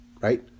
right